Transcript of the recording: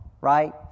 Right